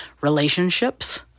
relationships